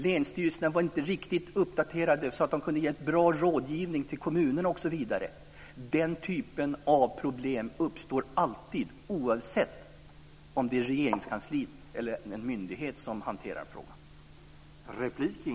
Länsstyrelserna var inte riktigt uppdaterade så att de kunde stå för bra rådgivning till kommunerna osv. Den typen av problem uppstår alltid, oavsett om det är Regeringskansliet eller en myndighet som hanterar frågan.